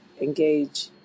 engage